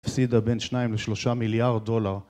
הפסידה בין שניים לשלושה מיליארד דולר